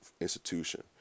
institution